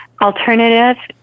alternative